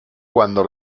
cuando